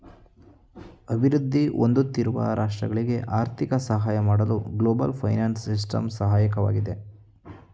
ಅಭಿವೃದ್ಧಿ ಹೊಂದುತ್ತಿರುವ ರಾಷ್ಟ್ರಗಳಿಗೆ ಆರ್ಥಿಕ ಸಹಾಯ ಮಾಡಲು ಗ್ಲೋಬಲ್ ಫೈನಾನ್ಸಿಯಲ್ ಸಿಸ್ಟಮ್ ಸಹಾಯಕವಾಗಿದೆ